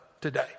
today